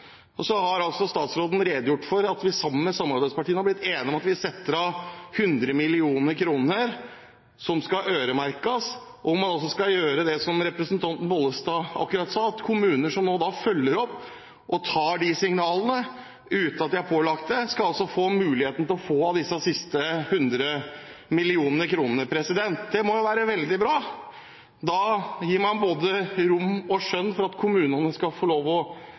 unge. Så har statsråden redegjort for at vi sammen med samarbeidspartiene har blitt enige om å sette av 100 mill. kr, som skal øremerkes. Man skal gjøre det som representanten Bollestad akkurat sa: Kommuner som nå følger opp og tar signalene uten at de er pålagt det, skal få muligheten til å få av disse siste 100 mill. kr. Det må jo være veldig bra. Da gir man med de signalene som kommer, både rom og skjønn for at kommunene skal få lov til å